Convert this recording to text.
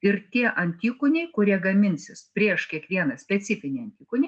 ir tie antikūniai kurie gaminsis prieš kiekvieną specifinį antikūnį